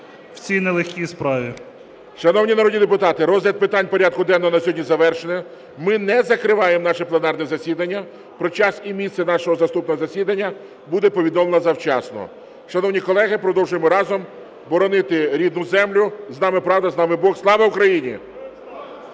11:50:56 ГОЛОВУЮЧИЙ. Шановні народні депутати, розгляд питань порядку денного на сьогодні завершений. Ми не закриваємо наше пленарне засідання. Про час і місце нашого наступного засідання буде повідомлено завчасно. Шановні колеги, продовжуємо разом боронити рідну землю. З нами правда, з нами Бог! Слава Україні!